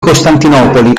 costantinopoli